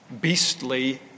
beastly